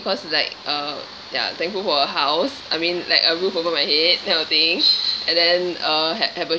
because like uh ya thankful for a house I mean like a roof over my head type of thing and then uh ha~ have a